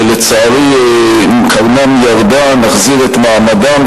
שלצערי קרנם ירדה, את מעמדם.